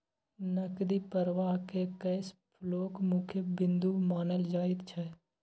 नकदी प्रवाहकेँ कैश फ्लोक मुख्य बिन्दु मानल जाइत छै